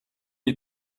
you